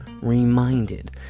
reminded